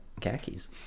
khakis